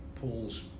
Paul's